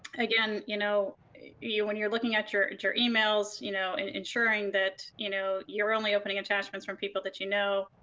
again you know when you're looking at your at your emails you know ensuring that you know you're only opening attachments from people that you know.